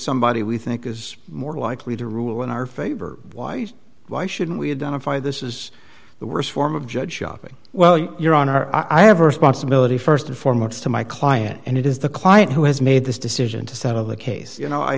somebody we think is more likely to rule in our favor why why shouldn't we have done if i this is the worst form of judge shopping well your honor i have a responsibility st and foremost to my client and it is the client who has made this decision to settle the case you know i